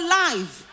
life